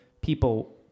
people